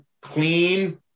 clean